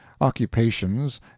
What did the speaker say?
occupations